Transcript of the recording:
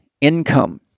Income